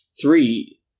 Three